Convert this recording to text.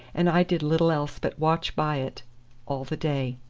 and i did little else but watch by it all the day.